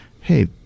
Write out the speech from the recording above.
hey